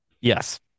Yes